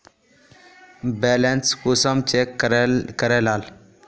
Balance कुंसम check करे लाल?